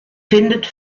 findet